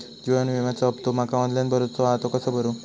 जीवन विम्याचो हफ्तो माका ऑनलाइन भरूचो हा तो कसो भरू?